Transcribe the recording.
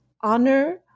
honor